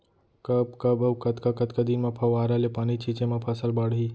कब कब अऊ कतका कतका दिन म फव्वारा ले पानी छिंचे म फसल बाड़ही?